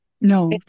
No